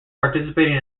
participating